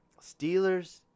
Steelers